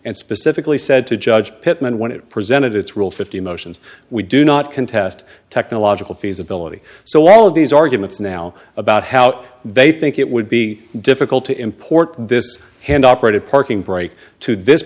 and specifically said to judge pittman when it presented its rule fifty motions we do not contest technological feasibility so all of these arguments now about how they think it would be difficult to import this hand operated parking brake to this